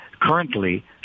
Currently